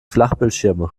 flachbildschirme